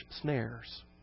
snares